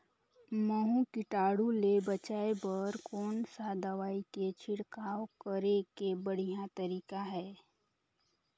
महू कीटाणु ले बचाय बर कोन सा दवाई के छिड़काव करे के बढ़िया तरीका हे?